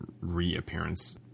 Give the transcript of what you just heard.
reappearance